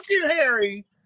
Harry